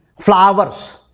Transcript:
flowers